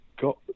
got